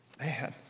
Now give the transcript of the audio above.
Man